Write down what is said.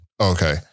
Okay